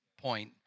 point